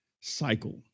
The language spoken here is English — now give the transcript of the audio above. cycle